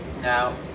Now